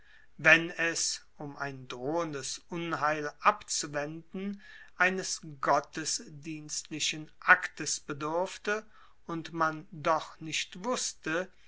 wenn es um ein drohendes unheil abzuwenden eines gottesdienstlichen aktes bedurfte und man doch nicht wusste